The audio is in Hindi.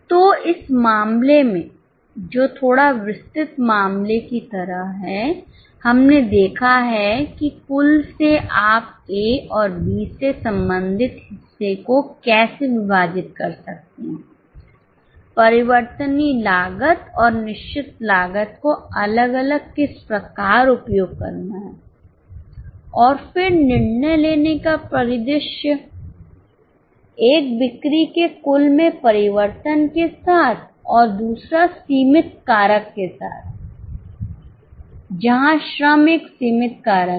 तो इस मामले में जो थोड़ा विस्तृत मामले की तरह है हमने देखा है कि कुल से आप ए और बी से संबंधित हिस्से को कैसे विभाजित कर सकते हैंपरिवर्तनीय लागत और निश्चित लागत को अलग अलग किस प्रकार उपयोग करना है और फिर एक निर्णय लेने का परिदृश्य एक बिक्री के कुल में परिवर्तन के साथ और दूसरा सीमित कारक के साथ जहां श्रम एक सीमित कारक है